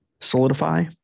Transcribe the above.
solidify